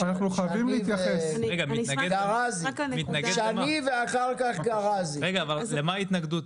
רגע, אבל למה ההתנגדות?